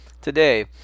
today